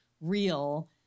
real